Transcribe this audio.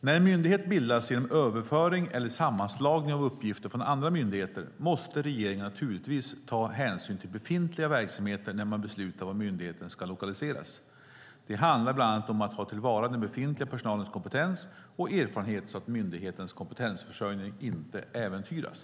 När en myndighet bildas genom överföring eller sammanslagning av uppgifter från andra myndigheter måste regeringen naturligtvis ta hänsyn till befintliga verksamheter när man beslutar var myndigheten ska lokaliseras. Det handlar bland annat om att ta till vara den befintliga personalens kompetens och erfarenhet så att myndighetens kompetensförsörjning inte äventyras.